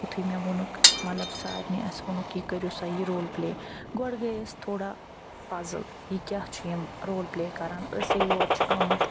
یُتھٕے مےٚ ووٚنُکھ مطلب سارنٕے اسہِ وونُکھ یہِ کٔریٛو سا یہِ رول پٕلے گۄڈٕ گٔے أسۍ تھوڑا پَزٕل یہِ کیٛاہ چھُ یِم رول پٕلے کران أسۍ ہے یور چھِ آمٕتۍ